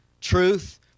truth